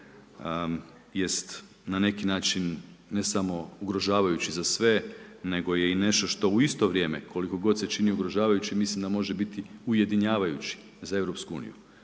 jest na neki način ne samo ugrožavajući za sve nego je i nešto što u isto vrijeme koliko god se čini ugrožavajućim mislim da može biti ujedinjavajući za